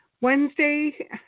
Wednesday